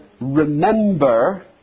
remember